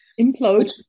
implode